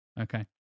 Okay